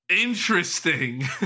interesting